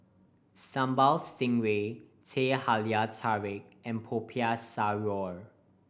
Sambal Stingray Teh Halia Tarik and Popiah Sayur